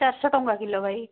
ଚାରିଶହ ଟଙ୍କା କିଲୋ ଭାଇ